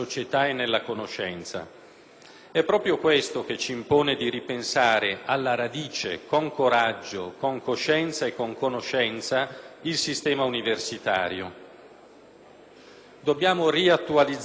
È proprio questo che ci impone di ripensare alla radice, con coraggio, con coscienza e con conoscenza il sistema universitario: dobbiamo riattualizzare le sue finalità